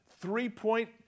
three-point